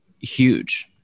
huge